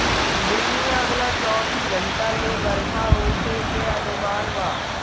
दिल्ली में अगला चौबीस घंटा ले बरखा होखे के अनुमान बा